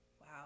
Wow